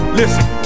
listen